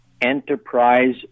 Enterprise